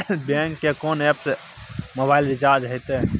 Bank के कोन app से मोबाइल रिचार्ज हेते?